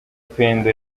pendo